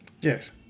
Yes